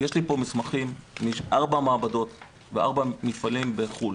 יש לי פה מסמכים מארבע מעבדות ומארבעה מפעלים בחו"ל,